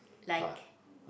like